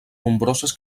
nombroses